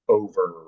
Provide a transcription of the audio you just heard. over